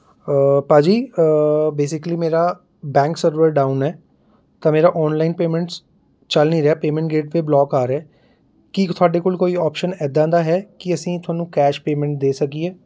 ਭਾਅ ਜੀ ਬੇਸੀਕਿਲੀ ਮੇਰਾ ਬੈਂਕ ਸਰਵਰ ਡਾਊਨ ਹੈ ਤਾਂ ਮੇਰਾ ਔਨਲਾਈਨ ਪੇਅਮੈਂਟਸ ਚੱਲ ਨਹੀਂ ਰਿਹਾ ਪੇਅਮੈਂਟ ਗੇਟਵੇਅ ਬਲੌਕ ਆ ਰਿਹਾ ਹੈ ਕੀ ਤੁਹਾਡੇ ਕੋਲ ਕੋਈ ਔਪਸ਼ਨ ਏਦਾਂ ਦਾ ਹੈ ਕਿ ਅਸੀਂ ਤੁਹਾਨੂੰ ਕੈਸ਼ ਪੇਅਮੈਂਟ ਦੇ ਸਕੀਏ